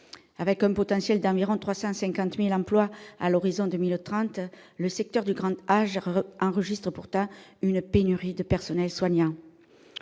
Avec un potentiel d'environ 350 000 emplois à l'horizon 2030, le secteur du grand âge enregistre pourtant une pénurie de personnel soignant.